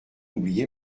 oublié